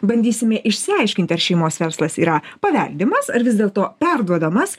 bandysime išsiaiškinti ar šeimos verslas yra paveldimas ar vis dėlto perduodamas